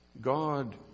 God